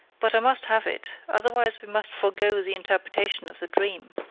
but i must have it, otherwise we must forgo the interpretation of the dream.